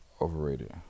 overrated